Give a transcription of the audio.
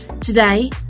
Today